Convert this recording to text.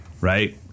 Right